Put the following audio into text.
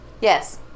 Yes